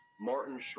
Martin